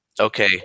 okay